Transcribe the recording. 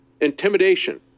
intimidation